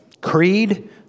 creed